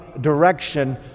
Direction